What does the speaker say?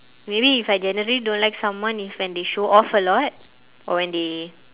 maybe if I generally don't like someone if when they show off a lot or when they